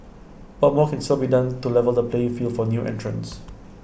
but more can still be done to level the playing field for new entrants